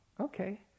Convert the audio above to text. okay